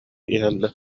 иһэллэр